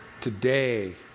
today